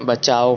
बचाओ